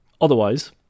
otherwise